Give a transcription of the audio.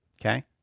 Okay